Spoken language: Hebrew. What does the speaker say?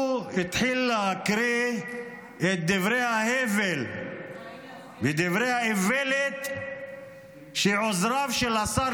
הוא התחיל להקריא את דברי ההבל ודברי האיוולת שעוזריו של השר